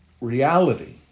reality